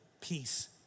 peace